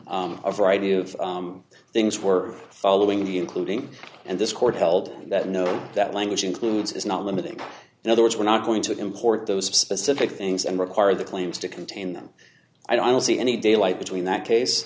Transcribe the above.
of things we're following including and this court held that no that language includes is not limited in other words we're not going to import those specific things and require the claims to contain them i don't see any daylight between that case